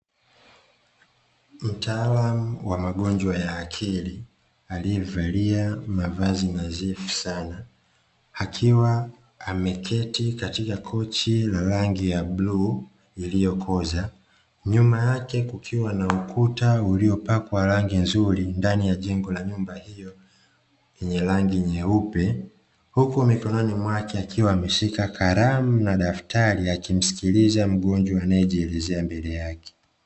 Mtaalamu wa magonjwa ya akili aliyevalia mavazi nadhifu sana, akiwa ameketi katika kochi la rangi ya bluu iliyokoza. Nyuma yake kukiwa na ukuta uliopakwa rangi nzuri ndani ya jengo la nyumba hio, yenye rangi nyeupe. Huku mikononi mwake akiwa ameshika kalamu na daftari, akimsikiliza mgonjwa anayejielezea mbele yake.